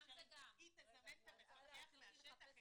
היא תזמן את המפקח מהשטח?